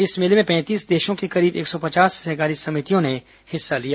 इस मेले में पैंतीस देशों की कशीब एक सौ पचास सहकारी समितियों ने हिस्सा लिया